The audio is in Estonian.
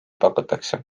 pakutakse